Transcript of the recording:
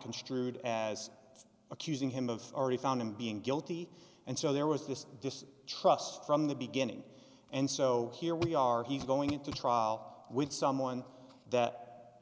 construed as accusing him of already found him being guilty and so there was this just trust from the beginning and so here we are he's going to trial with someone that